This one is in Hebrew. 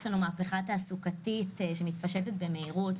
יש לנו מהפכה תעסוקתית שמתפשטת במהירות,